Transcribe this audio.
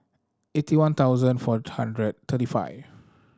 eighty one thousand four hundred thirty five